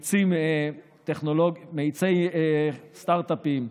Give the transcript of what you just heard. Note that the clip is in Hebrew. מאיצי סטרטאפים,